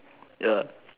ya lah